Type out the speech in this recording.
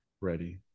ready